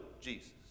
Jesus